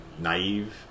naive